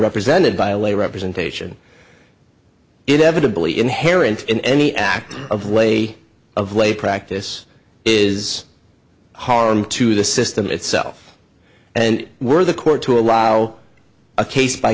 represented by a lay representation it evitable e inherent in any act of way of late practice is harm to the system itself and were the court to allow a case by